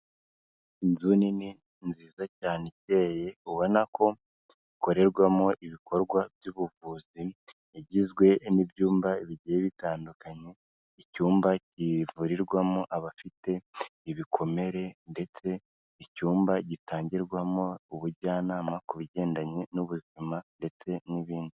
Inzu nini nziza cyane ikeye ubona ko ikorerwamo ibikorwa by'ubuvuzi, igizwe n'ibyumba bigiye bitandukanye, icyumba kivurirwamo abafite ibikomere ndetse icyumba gitangirwamo ubujyanama ku bigendanye n'ubuzima ndetse n'ibindi.